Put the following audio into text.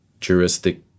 juristic